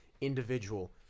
individual